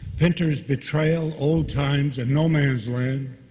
pinter's betrayal, old times and no man's land,